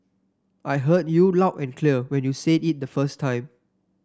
I heard you loud and clear when you said it the first time